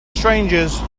strangers